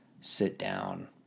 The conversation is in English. sit-down